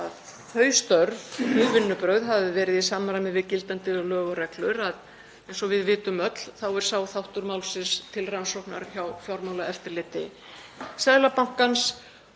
þau vinnubrögð hafi verið í samræmi við gildandi lög og reglur, en eins og við vitum öll er sá þáttur málsins til rannsóknar hjá Fjármálaeftirliti Seðlabankans.